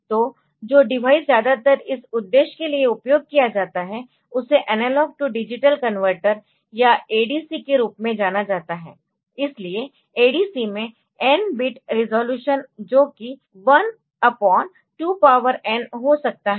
तो जो डिवाइस ज्यादातर इस उद्देश्य के लिए उपयोग किया जाता है उसे एनालॉग टू डिजिटल कनवर्टर या ADC के रूप में जाना जाता है इसलिए ADC में n बिट रिज़ॉल्यूशन जो कि 12n हो सकता है